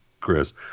Chris